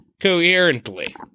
coherently